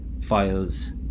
files